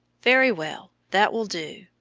very well, that will do.